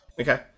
Okay